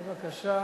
בבקשה.